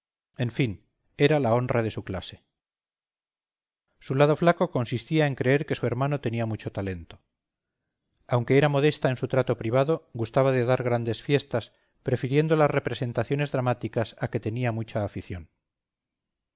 en fin era la honra de su clase su lado flaco consistía en creer que su hermano tenía mucho talento aunque era modesta en su trato privado gustaba de dar grandes fiestas prefiriendo las representaciones dramáticas a que tenía mucha afición